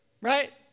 right